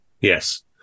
Yes